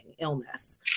illness